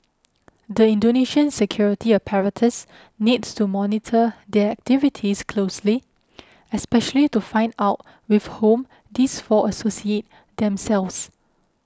the Indonesian security apparatus needs to monitor their activities closely especially to find out with whom these four associate themselves